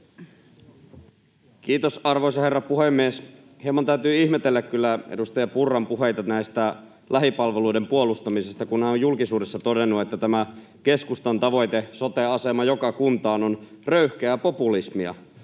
Kiitos, arvoisa herra puhemies! Hieman täytyy ihmetellä kyllä edustaja Purran puheita lähipalveluiden puolustamisesta, kun hän on julkisuudessa todennut, että tämä keskustan tavoite, sote-asema joka kuntaan, on röyhkeää populismia